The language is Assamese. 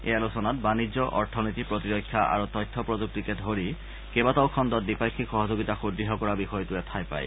এই আলোচনাত বাণিজ্য অথনীতি প্ৰতিৰক্ষা আৰু তথ্য প্ৰয়ক্তিকে ধৰি কেবাটাও খণ্ডত দ্বিপাক্ষিক সহযোগিতা সুদুঢ় কৰা বিষয়টোৱে ঠাই পায়